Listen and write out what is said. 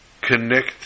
connect